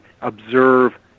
observe